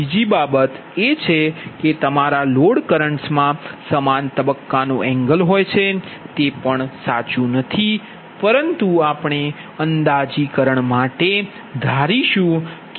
બીજી બાબત એ છે કે તમામ લોડ કરન્ટ્સમાં સમાન તબક્કાનો એંગલ હોય છે તે પણ સાચું નથી પરંતુ આપણે અંદાજીકરણ માટે ધારીશું